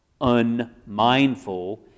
unmindful